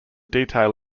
detail